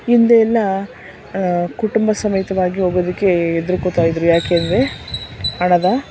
ಹಿಂದೆ ಎಲ್ಲ ಕುಟುಂಬ ಸಮೇತವಾಗಿ ಹೋಗೋದಕ್ಕೆ ಹೆದ್ರುಕೊಳ್ತಾಯಿದ್ರು ಯಾಕೆ ಅಂದರೆ ಹಣದ